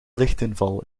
lichtinval